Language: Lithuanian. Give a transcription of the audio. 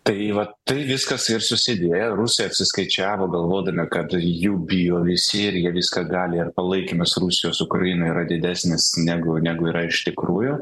tai va tai viskas ir susidėję rusai apsiskaičiavo galvodami kad jų bijo visi ir jie viską gali ir palaikymas rusijos ukrainai yra didesnis negu negu yra iš tikrųjų